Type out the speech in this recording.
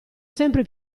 sempre